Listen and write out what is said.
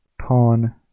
pawn